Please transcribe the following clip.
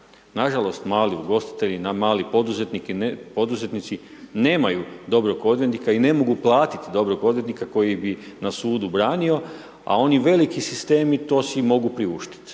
odvjetnika i ne mogu platiti dobrog odvjetnika i ne mogu platiti dobrog odvjetnika koji bi na sudu branio a oni veliki sistemi to si mogu priuštiti.